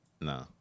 No